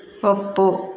ಒಪ್ಪು